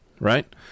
right